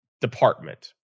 department